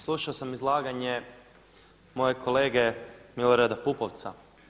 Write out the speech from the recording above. Slušao sam izlaganje mojeg kolege Milorada Pupovca.